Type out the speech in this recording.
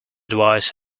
please